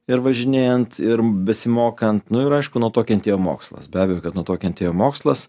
ir važinėjant ir besimokant nu ir aišku nuo to kentėjo mokslas be abejo kad nuo to kentėjo mokslas